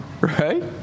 right